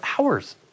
hours